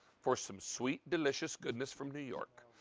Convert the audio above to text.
for some sweet delicious goodness from new york.